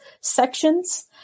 sections